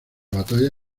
batalla